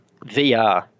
VR